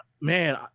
man